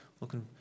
looking